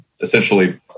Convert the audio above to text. essentially